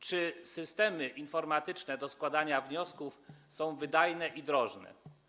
Czy systemy informatyczne służące do składania wniosków są wydajne i drożne?